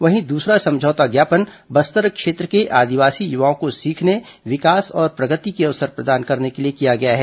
वहीं दूसरा समझौता ज्ञापन बस्तर क्षेत्र के आदिवासी युवाओं को सीखने विकास और प्रगति के अवसर प्रदान करने के लिए किया गया है